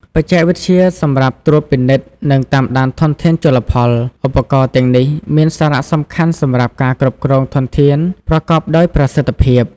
បច្ចេកវិទ្យាសម្រាប់ត្រួតពិនិត្យ និងតាមដានធនធានជលផល ឧបករណ៍ទាំងនេះមានសារៈសំខាន់សម្រាប់ការគ្រប់គ្រងធនធានប្រកបដោយប្រសិទ្ធភាព។